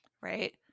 right